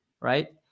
right